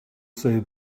say